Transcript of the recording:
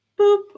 boop